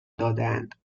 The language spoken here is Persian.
دادهاند